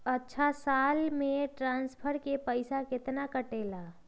अछा साल मे ट्रांसफर के पैसा केतना कटेला?